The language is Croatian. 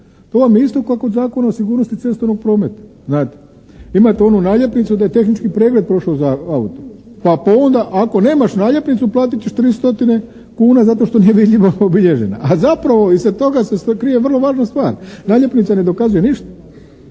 To vam je isto kao kod Zakona o sigurnosti cestovnog prometa, znate. Imate onu naljepnicu da je tehnički pregled prošao za auto, pa onda ako nemaš naljepnicu platit ćeš 300 kuna zato što je nevidljivo obilježena, a zapravo iza toga se krije vrlo važna stvar. Naljepnica ne dokazuje ništa.